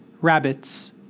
rabbits